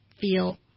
feel